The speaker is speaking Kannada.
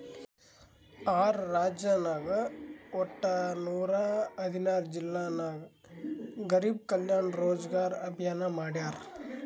ಆರ್ ರಾಜ್ಯನಾಗ್ ವಟ್ಟ ನೂರಾ ಹದಿನಾರ್ ಜಿಲ್ಲಾ ನಾಗ್ ಗರಿಬ್ ಕಲ್ಯಾಣ ರೋಜಗಾರ್ ಅಭಿಯಾನ್ ಮಾಡ್ಯಾರ್